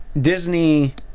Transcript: Disney